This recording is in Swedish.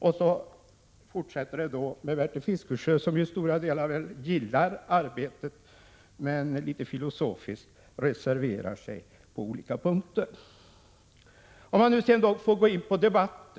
Sedan har vi Bertil Fiskesjö, som i stora delar väl gillar arbetet men som litet filosofiskt reserverar sig på olika punkter. Jag går därmed in på dagens debatt.